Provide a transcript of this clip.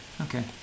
Okay